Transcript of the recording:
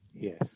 Yes